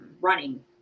running